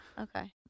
Okay